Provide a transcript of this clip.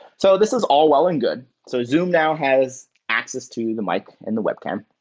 so this is all well and good. so zoom now has access to the mic and the web cam.